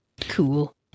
Cool